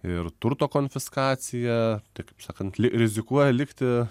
ir turto konfiskaciją tai kaip sakant rizikuoja likti